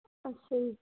ਅੱਛਾ ਜੀ